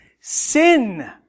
Sin